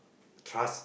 trust